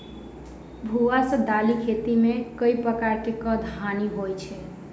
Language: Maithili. भुआ सँ दालि खेती मे केँ प्रकार केँ हानि होइ अछि?